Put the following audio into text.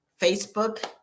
Facebook